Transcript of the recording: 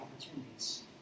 opportunities